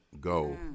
go